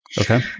Okay